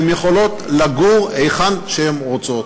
הן יכולות לגור היכן שהן רוצות,